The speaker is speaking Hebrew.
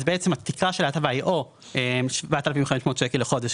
התקרה של ההטבה היא או 7,500 ₪ לחודש,